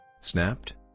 snapped